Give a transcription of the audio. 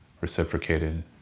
reciprocated